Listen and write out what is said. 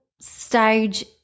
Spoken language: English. stage